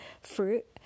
fruit